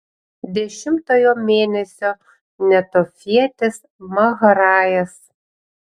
dešimtojo mėnesio netofietis mahrajas